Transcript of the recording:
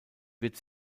wird